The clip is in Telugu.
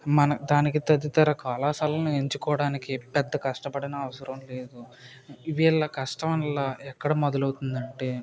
మన దానికి తదితర కళాశాలను ఎంచుకోవడానికి పెద్ద కష్టపడనవసరం లేదు వీళ్ల కష్టమల్లా ఎక్కడ మొదలవుతుంది అంటే